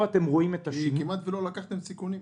כי כמעט לא לקחתם סיכונים.